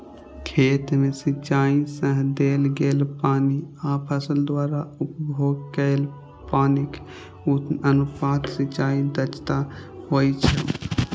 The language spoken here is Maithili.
खेत मे सिंचाइ सं देल गेल पानि आ फसल द्वारा उपभोग कैल पानिक अनुपात सिंचाइ दक्षता होइ छै